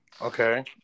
Okay